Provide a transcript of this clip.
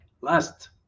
Last